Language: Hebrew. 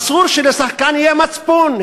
אסור שלשחקן יהיה מצפון.